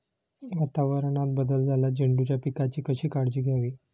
वातावरणात बदल झाल्यास झेंडूच्या पिकाची कशी काळजी घ्यावी?